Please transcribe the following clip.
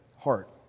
heart